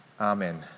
Amen